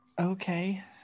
okay